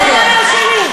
זה לא בעיה שלי.